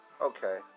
Okay